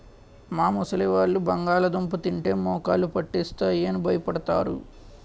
మా ముసలివాళ్ళు బంగాళదుంప తింటే మోకాళ్ళు పట్టేస్తాయి అని భయపడతారు